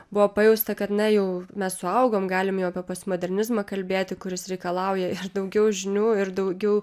buvo pajausta kad na jau mes suaugom galim jau apie postmodernizmą kalbėti kuris reikalauja daugiau žinių ir daugiau